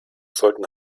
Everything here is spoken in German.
sollten